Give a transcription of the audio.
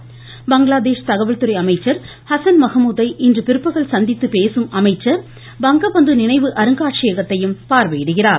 ஆளுமை பங்களாதேஷ் தகவல் துறை அமைச்சர் ஹசன் மஹமூத் யை இன்று பிற்பகல் சந்தித்து பேசும் அமைச்சர் பங்கபந்து நினைவு அருங்காட்சியகத்தையும் பார்வையிடுகிறார்